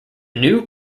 new